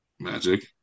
Magic